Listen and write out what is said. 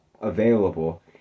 available